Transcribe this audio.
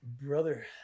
brother